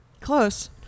Close